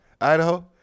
Idaho